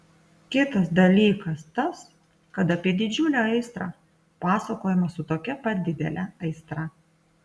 kitas dalykas tas kad apie didžiulę aistrą pasakojama su tokia pat didele aistra